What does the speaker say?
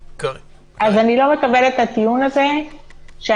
אז אני לא מקבלת את הטיעון הזה שאני